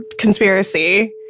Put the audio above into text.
conspiracy